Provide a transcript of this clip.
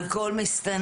על כל מסתנן,